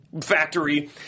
factory